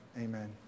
amen